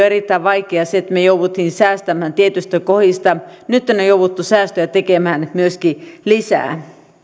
erittäin vaikeaa se että me jouduimme säästämään tietyistä kohdista nytten on jouduttu säästöjä myöskin tekemään lisää